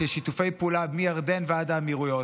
של שיתופי פעולה מירדן ועד האמירויות.